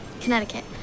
Connecticut